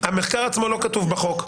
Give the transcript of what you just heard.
המחקר עצמו לא כתוב בחוק.